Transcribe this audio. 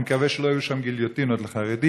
אני מקווה שלא יהיו שם גיליוטינות לחרדים.